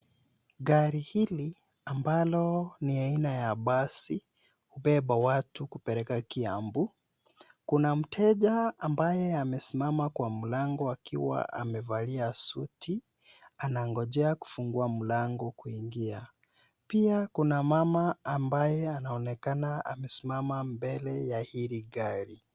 Gari hili ambalo ni aina ya basi, hubeba watu kupeleka kiambu. Kuna mteja ambaye amesimama kwa mlango akiwa amevalia suti, anangojea kufungua mlango kuingia. Pia kuna mama ambaye anaonekana amesimama mbele ya hili gari.